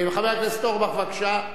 חבר הכנסת אורבך, בבקשה.